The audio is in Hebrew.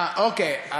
אה, אוקיי.